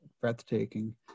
breathtaking